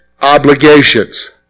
obligations